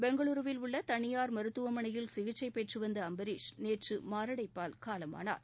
பெங்களுருவில் உள்ள தனியார் மருத்துவமனையில் சிகிச்சை பெற்றுவந்த அம்பர்ஸ் நேற்று மாரடைப்பால் காலமானார்